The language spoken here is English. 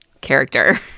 character